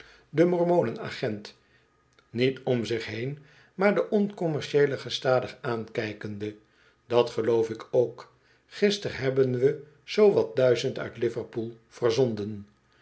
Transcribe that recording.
de mormonen agent niet om zich heen maar den oncommercieele gestadig aankijkende dat geloof ik ook gister hebben we r zoo wat duizend zonden